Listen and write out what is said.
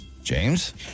James